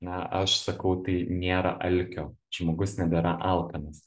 na aš sakau tai nėra alkio žmogus nebėra alkanas